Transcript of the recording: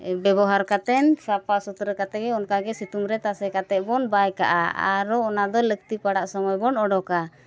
ᱵᱮᱵᱚᱦᱟᱨ ᱠᱟᱛᱮᱫ ᱥᱟᱯᱷᱟ ᱥᱩᱛᱨᱟᱹ ᱠᱟᱛᱮᱫ ᱜᱮ ᱚᱱᱠᱟᱜᱮ ᱥᱤᱛᱩᱝ ᱨᱮ ᱛᱟᱥᱮ ᱠᱟᱛᱮᱫ ᱵᱚᱱ ᱵᱟᱭ ᱠᱟᱜᱼᱟ ᱟᱨᱚ ᱚᱱᱟ ᱫᱚ ᱞᱟᱹᱠᱛᱤ ᱯᱟᱲᱟᱜ ᱥᱚᱢᱚᱭ ᱵᱚᱱ ᱚᱰᱳᱠᱟ